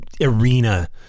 arena